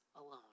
alone